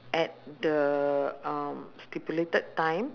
at the um stipulated time